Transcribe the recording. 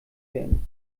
werden